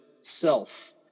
self